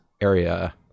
area